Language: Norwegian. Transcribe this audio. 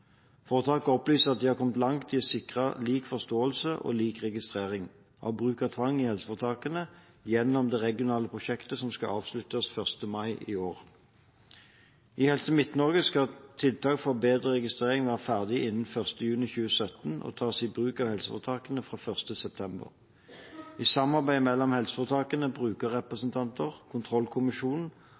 Foretaket opplyser at de har kommet langt i å sikre lik forståelse og lik registrering av bruk av tvang i helseforetakene gjennom det regionale prosjektet som skal avsluttes 1. mai i år. I Helse Midt-Norge skal tiltak for bedre registrering være ferdig innen 1. juni 2017 og tas i bruk av helseforetakene fra 1. september. I samarbeid mellom helseforetakene, brukerrepresentanter,